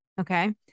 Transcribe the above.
Okay